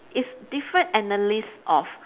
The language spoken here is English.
it's different analyst of